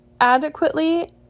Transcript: adequately